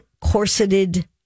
corseted